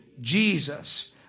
Jesus